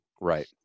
Right